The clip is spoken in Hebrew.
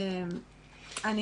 בוקר טוב.